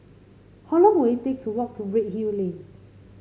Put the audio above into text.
how long will it take to walk to Redhill Lane